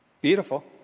Beautiful